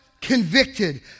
convicted